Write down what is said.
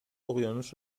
اقیانوس